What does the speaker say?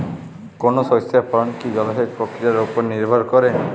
কোনো শস্যের ফলন কি জলসেচ প্রক্রিয়ার ওপর নির্ভর করে?